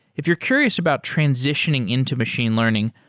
if you're curious about transitioning into machine learning,